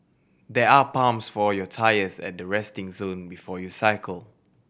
there are pumps for your tyres at the resting zone before you cycle